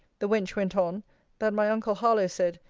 the wench went on that my uncle harlowe said,